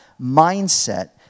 mindset